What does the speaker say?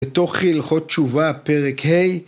בתוך הלכות תשובה, פרק ה'..